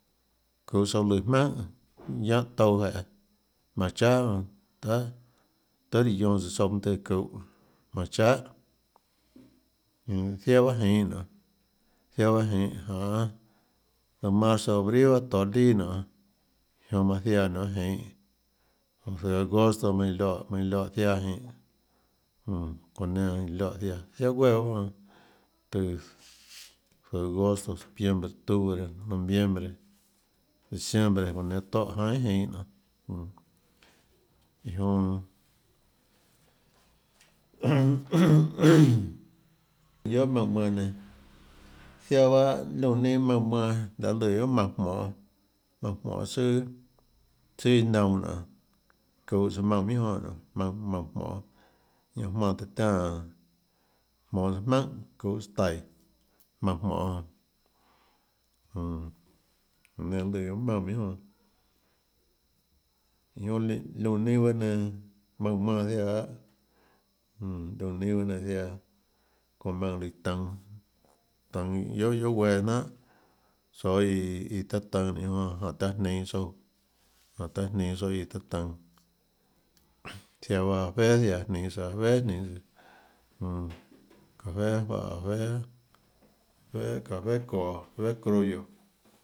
Çuhå tsouã lùã jmaùnhà guiánhã touã jeê paùhå chahà jonã tahà tahà líã guionã tsùã tsouã mønâ tøhê çuhå paùhå chahà jmm ziaã baâ jinhå nonê ziaã baâ jinhå janê zøhå marzo abril bahâ tohå lià nonê jonã manã ziaã nonê jinhå çounã zøhå agosto manã líã lioè manã líã lioè ziaã jinhå jmm çoâ nenã líã lioè ziaã jinhå ziaã guéã bahâ jonã tùhå zøhå agosto septiembre octubre noviembre diciembre çonã nenã tóhã jainã guiohà jinhå nonê jmm iã jonã guiohà maùnã manã nenã ziaã bahâ liónã neinâ maùnã manã laê lùã guiohà maùnã jmonê maùnã jmonê tsùà tsùàiâ naunã nionê çuhå tsouã maùnã minhà jonã nionê maùnã maùnã mønã jmonê ñanã jmánã taã tiánã jmonås jmaùnhà çuhås taíå maùnã jmonê jonã jmm nenã lùã guiohà maùnã minhà jonã iã jonã líã liónã neinâ bahâ nenã maùnã manã ziaã lahâ jmm liónã neinâ bahâ nenã ziaã çónhã maùnã líã tønå tønå guiohà iâ jouà guéâ guionâ jnanhà tsoå iã ii taã tønå nénå jonã jánhå taã jninå tsouã jánhå taã jninå tsouã iã taã tønå ziaã bahâ féà ziaã jninå tsouã féà jninå jmm café juáhã féà féà café çoå féà criollo.